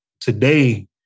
today